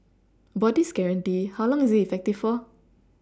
about this guarantee how long is it effective for